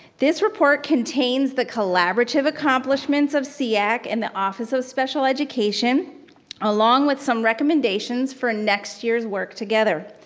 this report contains the collaborative accomplishments of seac and the office of special education along with some recommendations for next year's work together.